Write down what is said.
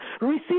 Receive